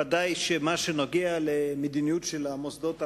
ודאי שמה שנוגע למדיניות של המוסדות הלאומיים,